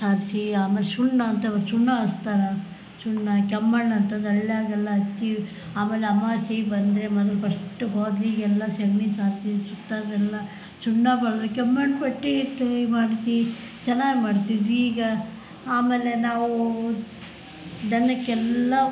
ಸಾರಿಸಿ ಆಮೇಲೆ ಸುಣ್ಣ ಅಂತ ಒಂದು ಸುಣ್ಣ ಹಚ್ತಾರ ಸುಣ್ಣ ಕೆಮ್ಮಣ್ಣು ಅಂತ ಅದು ಹಳ್ಯಾಗೆಲ್ಲ ಹಚ್ಚಿ ಆಮೇಲೆ ಅಮಾಸೆ ಬಂದರೆ ಮೊದಲ್ ಫಸ್ಟು ಬಾಗಲಿಗೆಲ್ಲ ಸಗ್ಣಿ ಸಾರಿಸಿ ಸುತ್ತಿಗೆಲ್ಲ ಸುಣ್ಣ ಬಳಿದು ಕೆಮ್ಮಣ್ಣು ಪಟ್ಟಿ ಇಟ್ಟು ಒಣಸಿ ಚೆನ್ನಾಗಿ ಮಾಡ್ತಿದ್ವಿ ಈಗ ಆಮೇಲೆ ನಾವೂ ದನಕ್ಕೆಲ್ಲ